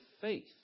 faith